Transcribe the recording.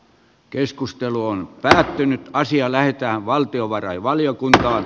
keskustelu on päätynyt naisia lähettää valtiovarainvaliokunta